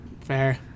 fair